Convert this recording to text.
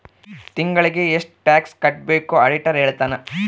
ತಿಂಗಳಿಗೆ ಎಷ್ಟ್ ಟ್ಯಾಕ್ಸ್ ಕಟ್ಬೇಕು ಆಡಿಟರ್ ಹೇಳ್ತನ